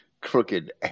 crooked